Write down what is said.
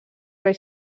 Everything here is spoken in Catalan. rei